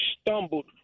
stumbled